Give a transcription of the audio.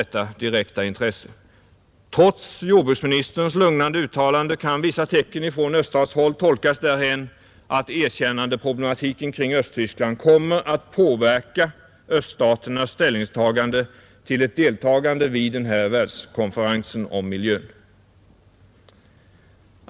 Trots jordbruksministerns lugnande uttalande kan vissa tecken från öststatshåll tolkas så, att erkännandeproblematiken kring Östtyskland kommer att påverka öststaternas ställningstagande till ett deltagande i den här världskonferensen om miljön.